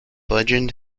legend